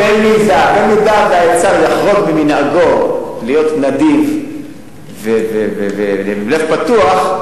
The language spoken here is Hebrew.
אם האוצר יחרוג ממנהגו להיות נדיב ועם לב פתוח,